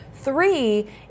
Three